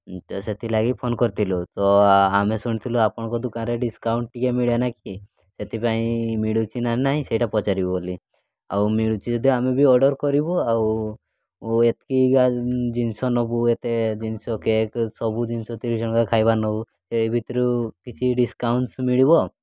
ତ ସେଥିଲାଗି ଫୋନ୍ କରିଥିଲୁ ତ ଆମେ ଶୁଣିଥିଲୁ ଆପଣଙ୍କ ଦୋକାନରେ ଡିସ୍କାଉଣ୍ଟ୍ ଟିକିଏ ମିଳେ ନା କି ସେଥିପାଇଁ ମିଳୁଛି ନା ନାହିଁ ସେଇଟା ପଚାରିବୁ ବୋଲି ଆଉ ମିଳୁଛି ଯଦି ଆମେ ବି ଅର୍ଡ଼ର୍ କରିବୁ ଆଉ ଏତିକି ଟା ଜିନିଷ ନେବୁ ଏତେ ଜିନିଷ କେକ୍ ସବୁ ଜିନିଷ ତିରିଶ ଜଣଙ୍କ ଖାଇବା ନେବୁ ଏ ଭିତରୁ କିଛି ଡିସ୍କାଉଣ୍ଟ୍ ମିଳିବ